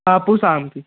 ہاپوس آم کی